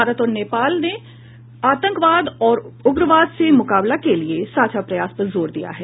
भारत और नेपाल ने आतंकवाद और उग्रवाद से मुकाबला के लिये साझा प्रयास पर जोर दिया है